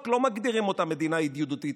עדיין לא מגדירים אותה מדינה ידידותית.